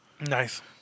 Nice